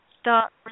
start